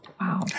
Wow